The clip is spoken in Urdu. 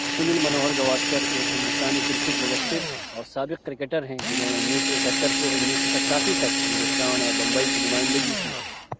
سنیل منوہر گواسکر ایک ہندوستانی کرکٹ مبصر اور سابق کرکٹر ہیں جنہوں نے انیس سو اکہتر سے انیس سو ستاسی تک ہندوستان اور ممبئی کی نمائندگی کی